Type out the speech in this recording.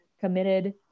committed